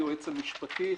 יועץ משפטי,